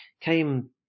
came